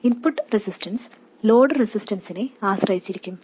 input resistance load റെസിസ്റ്റൻസിനെ ആശ്രയിച്ചിരിക്കും